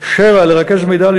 7. לרכז מידע,